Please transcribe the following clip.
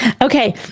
Okay